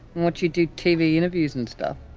watch you do tv interviews and stuff?